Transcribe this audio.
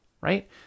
right